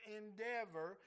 endeavor